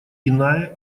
иная